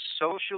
social